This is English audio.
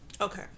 Okay